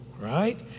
right